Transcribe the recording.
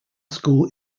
school